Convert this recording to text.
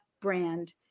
brand